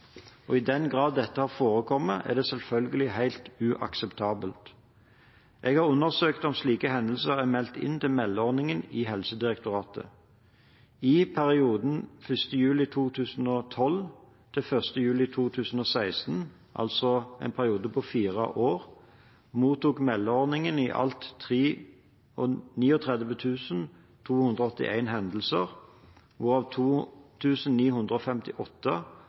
og i den grad dette har forekommet, er det selvfølgelig helt uakseptabelt. Jeg har undersøkt om slike hendelser er meldt inn til meldeordningen i Helsedirektoratet. I perioden 1. juli 2012–1. juli 2016 – altså en periode på fire år – mottok meldeordningen i alt